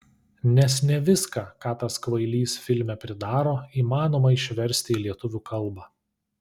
nes ne viską ką tas kvailys filme pridaro įmanoma išversti į lietuvių kalbą